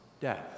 death